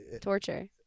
torture